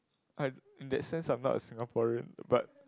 I in the sense of us Singaporean but